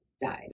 died